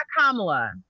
Kamala